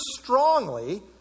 strongly